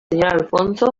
alfonso